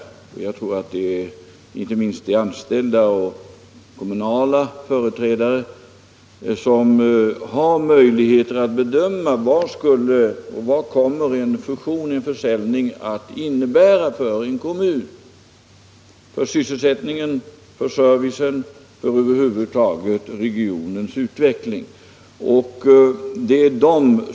— Gävleborgs län Jag tror att det inte minst är de anställda och kommunala företrädare som har möjligheter att bedöma vad en fusion eller en försäljning kommer att innebära för en kommun -— för sysselsättningen, för servicen, för regionens utveckling över huvud taget.